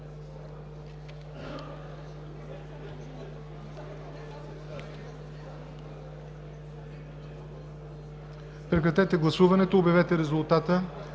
Прекратете гласуването и обявете резултата.